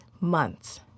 months